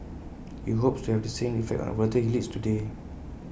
he hopes to have the same effect on the volunteers he leads today